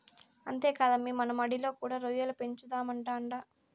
అంతేకాదమ్మీ మన మడిలో కూడా రొయ్యల పెంచుదామంటాండా